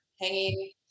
hanging